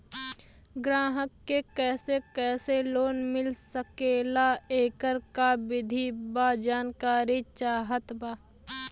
ग्राहक के कैसे कैसे लोन मिल सकेला येकर का विधि बा जानकारी चाहत बा?